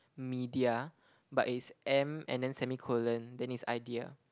media but it's M and then semi colon then it's idea